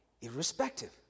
irrespective